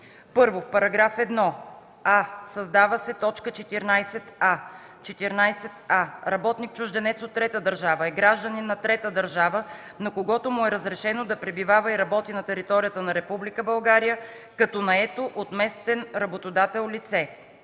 1. В § 1: а) създава се т.14а: „14а. „Работник-чужденец от трета държава” е гражданин на трета държава, на когото му е разрешено да пребивава и работи на територията на Република България като наето от местен работодател лице.”;